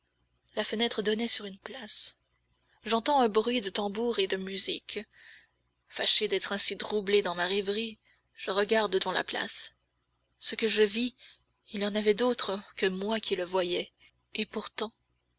la fenêtre donnait sur une place j'entends un bruit de tambour et de musique fâché d'être ainsi troublé dans ma rêverie je regarde dans la place ce que je vis il y en avait d'autres que moi qui le voyaient et pourtant